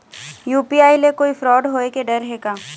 UPI ले कोई fraud होए के डर हे का?